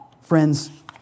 Friends